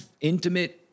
intimate